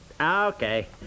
Okay